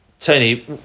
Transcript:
Tony